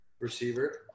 Receiver